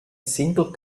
single